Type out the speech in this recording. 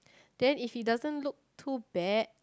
then if he doesn't look too bad